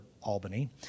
Albany